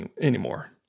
anymore